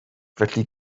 felly